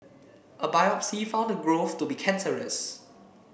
a biopsy found the growth to be cancerous